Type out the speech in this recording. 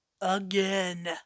again